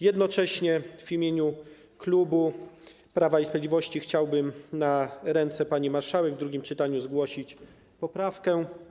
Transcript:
Jednocześnie w imieniu klubu Prawa i Sprawiedliwości chciałbym na ręce pani marszałek w drugim czytaniu zgłosić poprawkę.